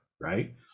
right